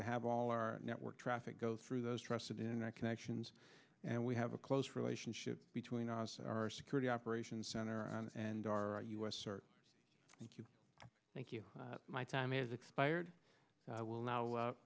to have all our network traffic go through those trusted internet connections and we have a close relationship between us our security operations center and our u s sir thank you thank you my time is expired i will now